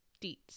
deets